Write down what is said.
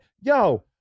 yo